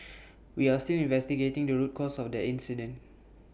we are still investigating the root cause of the incident